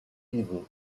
evil